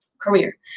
career